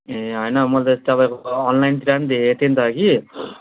ए होइन म त तपाईँको अनलाइनतिर पनि देखेको थिएँ नि त कि